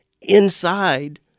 inside